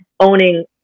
Owning